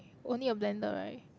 only a blender right